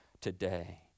today